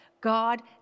God